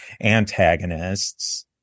antagonists